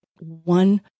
one